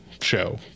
show